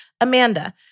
Amanda